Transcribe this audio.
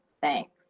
Thanks